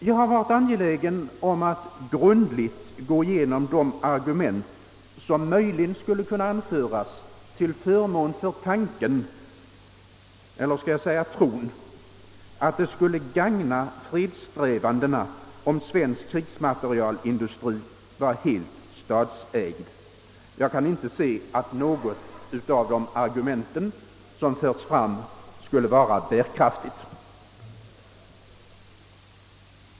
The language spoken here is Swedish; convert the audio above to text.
Jag har varit angelägen om att grundligt gå igenom de argument som möjligen skulle kunna anföras till förmån för tanken — eller skall jag säga tron? — att det skulle gagna fredssträvandena om svensk krigsmaterielindustri var helt statsägd. Jag kan inte se att något av de argument som framförts skulle vara bärkraftigt.